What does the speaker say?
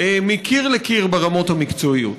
מקיר לקיר ברמות המקצועיות.